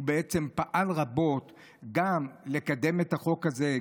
הוא פעל רבות גם לקדם את החוק הזה,